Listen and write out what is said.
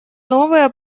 новые